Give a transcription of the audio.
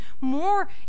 more